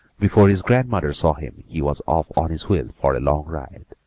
before his grandmother saw him he was off on his wheel for a long ride,